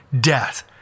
death